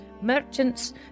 merchants